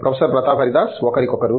professor Pratap Haridas ఒకరికొకరు